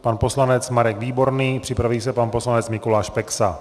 Pan poslanec Marek Výborný, připraví se pan poslanec Mikuláš Peksa.